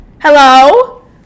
Hello